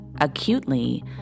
acutely